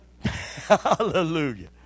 Hallelujah